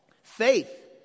Faith